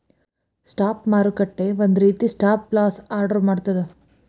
stop ಮಾರುಕಟ್ಟೆ ಒಂದ ರೇತಿ ಸ್ಟಾಪ್ ಲಾಸ್ ಆರ್ಡರ್ ಮಾಡ್ತದ